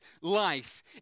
life